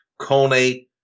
Kone